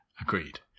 Agreed